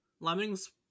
lemmings